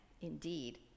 indeed